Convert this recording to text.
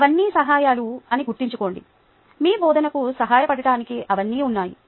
అవన్నీ సహాయాలు అని గుర్తుంచుకోండి మీ బోధనకు సహాయపడటానికి అవన్నీ ఉన్నాయి